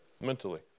mentally